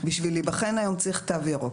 בשביל להיבחן היום צריך תו ירוק.